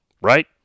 right